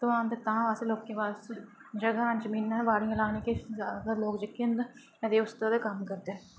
तांह् पास्सै लोकें ई जगह् न जमीनां न किश जैदातर लोक जेह्के न तां अते उस दा गै कम्म करदे न